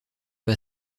pas